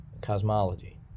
cosmology